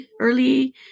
early